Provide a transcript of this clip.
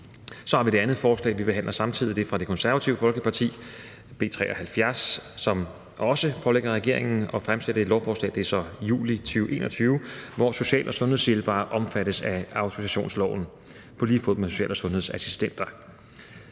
konsekvenserne af omsorgssvigt. Så behandler vi samtidig et forslag fra Det Konservative Folkeparti, B 73, som også pålægger regeringen at fremsætte et lovforslag – det er så i juli 2021 – om, at social- og sundhedshjælpere omfattes af autorisationsloven på lige fod med social- og sundhedsassistenter.